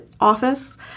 office